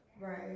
Right